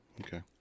Okay